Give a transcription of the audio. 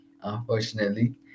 unfortunately